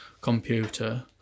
computer